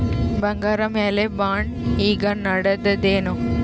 ಬಂಗಾರ ಮ್ಯಾಲ ಬಾಂಡ್ ಈಗ ನಡದದೇನು?